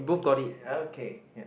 okay ya